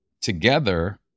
together